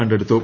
കണ്ടെടുത്തു